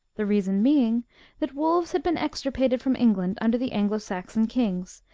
the reason being that wolves had been extirpated from england under the anglo-saxon kings,